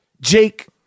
Jake